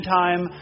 time